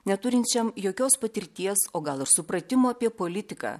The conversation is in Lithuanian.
neturinčiam jokios patirties o gal supratimo apie politiką